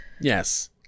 yes